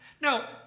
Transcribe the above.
Now